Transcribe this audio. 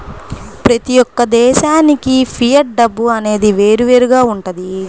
ప్రతి యొక్క దేశానికి ఫియట్ డబ్బు అనేది వేరువేరుగా వుంటది